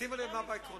שימו לב מה בעיקרון.